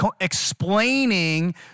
explaining